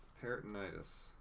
Peritonitis